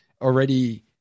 already